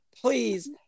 Please